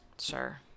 sure